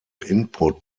input